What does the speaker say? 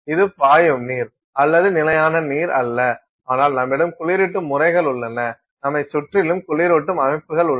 இது பாயும் நீர் இது நிலையான நீர் அல்ல ஆனால் நம்மிடம் குளிரூட்டும் முறைகள் உள்ளன நம்மை சுற்றிலும் குளிரூட்டும் அமைப்புகள் உள்ளன